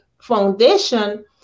foundation